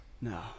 No